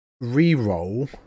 re-roll